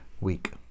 week